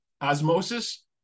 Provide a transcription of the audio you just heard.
Osmosis